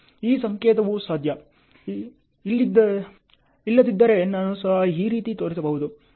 ಈ ಸಂಕೇತವೂ ಸಾಧ್ಯ ಇಲ್ಲದಿದ್ದರೆ ನಾನು ಸಹ ಈ ರೀತಿ ತೋರಿಸಬಹುದು